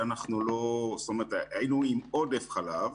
זאת אומרת שהיינו עם עודף חלב